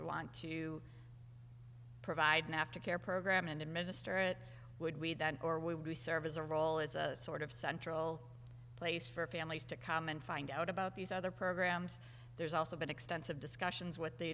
want to provide an after care program and administer it would we then or we would serve as a role is a sort of central place for families to come and find out about these other programs there's also been extensive discussions with the